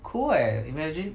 cool eh imagine